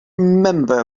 remember